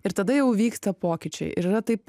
ir tada jau įvyksta pokyčiai ir yra taip